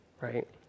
right